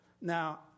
Now